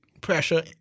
pressure